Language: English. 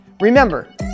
Remember